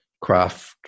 craft